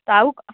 ତ ଆଉ